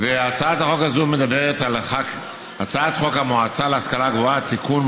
הצעת חוק המועצה להשכלה גבוהה (תיקון,